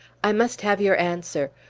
i must have your answer!